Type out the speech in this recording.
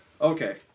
okay